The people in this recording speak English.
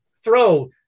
Throw